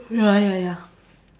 ya ya ya